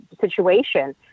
situation